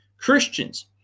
Christians